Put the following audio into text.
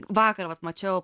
vakar vat mačiau